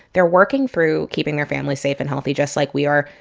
they're working through keeping their families safe and healthy, just like we are.